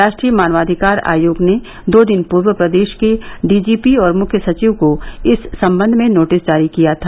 राष्ट्रीय मानवाधिकार आयोग ने दो दिन पूर्व प्रदेश के डी जी पी और मुख्य सचिव को इस संबंध में नोटिस जारी किया था